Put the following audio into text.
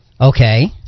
Okay